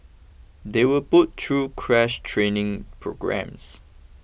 they were put through crash training programmes